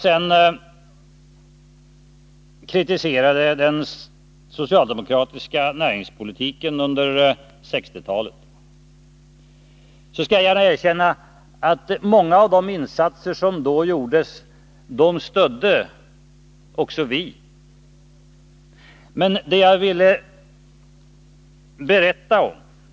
Sedan kritiserade jag den socialdemokratiska näringspolitiken under 1960-talet, men jag skall gärna erkänna att också vi stödde många av de insatser som då gjordes.